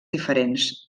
diferents